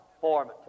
form